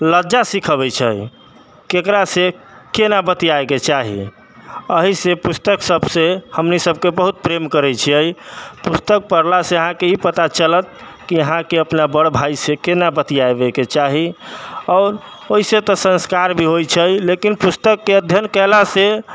लहजा सीखबै छै केकरा से केना बतियाए के चाही एहि से पुस्तक सभ से प्रेम करै छियै पुस्तक पढ़ला से अहाँके ई पता चलत की अहाँके अपना बर भाई से केना बतियाबे के चाही आओर ओहि से तऽ संस्कार भी होइ छै लेकिन पुस्तक के अध्ययन कयला से